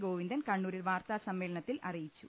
ഗോവിന്ദൻ കണ്ണൂരിൽ വാർത്താ സമ്മേളനത്തിൽ അറിയിച്ചു